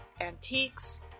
antiques